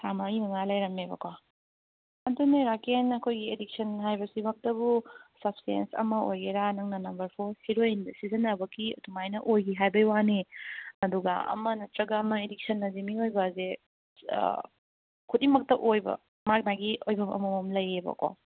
ꯊꯥ ꯃꯔꯤ ꯃꯉꯥ ꯂꯩꯔꯝꯃꯦꯕꯀꯣ ꯑꯗꯨꯅꯤ ꯔꯥꯀꯦꯟ ꯑꯩꯈꯣꯏꯒꯤ ꯑꯦꯗꯤꯛꯁꯟ ꯍꯥꯏꯕꯁꯤꯃꯛꯇꯕꯨ ꯁꯕꯁꯇꯦꯟꯁ ꯑꯃ ꯑꯣꯏꯒꯦꯔꯥ ꯅꯪꯅ ꯅꯝꯕꯔ ꯐꯣꯔ ꯍꯦꯔꯣꯏꯟꯗ ꯁꯤꯖꯤꯟꯅꯕꯒꯤ ꯁꯨꯃꯥꯏꯅ ꯑꯣꯏꯈꯤ ꯍꯥꯏꯕꯒꯤ ꯋꯥꯅꯤ ꯑꯗꯨꯒ ꯑꯃ ꯅꯠꯇ꯭ꯔꯒ ꯑꯃ ꯑꯦꯗꯤꯛꯁꯟ ꯍꯥꯏꯗꯤ ꯃꯤꯑꯣꯏꯕ ꯍꯥꯏꯁꯦ ꯈꯨꯗꯤꯡꯃꯛꯇ ꯑꯣꯏꯕ ꯃꯥꯒꯤ ꯃꯥꯒꯤ ꯑꯣꯏꯕꯝ ꯑꯃꯃꯝ ꯂꯩꯌꯦꯕꯀꯣ